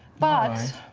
but,